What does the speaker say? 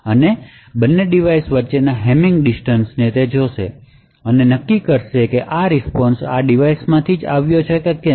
અને તે બંને વચ્ચેના હેમિંગ ડિસ્ટન્સને જોશે અને નક્કી કરશે કે આ રીસ્પોન્શ આ ડિવાઇઝમાંથી આવ્યો છે કે કેમ